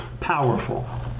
powerful